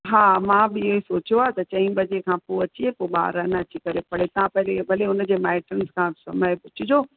हा मां बि इहो सोचियो आहे त चई बजे खां पोइ अचे पोइ ॿार अन अची करे पढ़े तव्हां पहिरीं भले हुनजे माइटनि खां समय पुछिजो